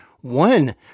one